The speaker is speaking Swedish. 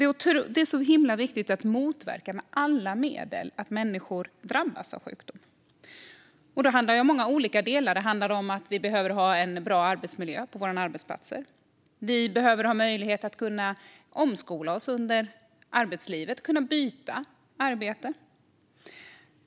Det är himla viktigt att med alla medel motverka att människor drabbas av sjukdom. Det handlar om många olika delar. Det handlar om att vi behöver ha en bra arbetsmiljö på våra arbetsplatser. Vi behöver ha möjlighet att omskola oss under arbetslivet och byta arbete.